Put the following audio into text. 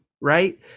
right